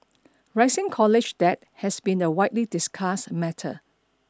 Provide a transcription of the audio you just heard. rising college debt has been a widely discussed matter